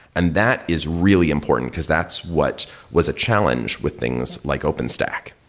and that is really important, because that's what was a challenge with things like open stack.